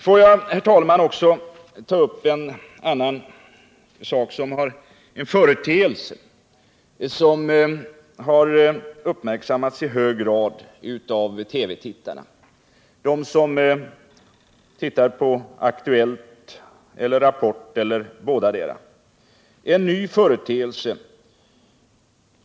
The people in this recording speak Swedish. Får jag, herr talman, också ta upp en annan företeelse, som i hög grad har uppmärksammats av de TV-tittare som ser på Aktuellt och Rapport. Det är en ny företeelse.